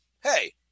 hey